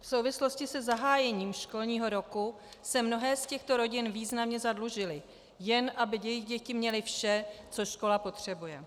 V souvislosti se zahájením školního roku se mnohé z těchto rodin významně zadlužily, jen aby jejich děti měly vše, co škola potřebuje.